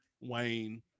Wayne